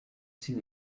sin